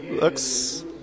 looks